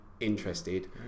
Interested